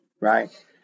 right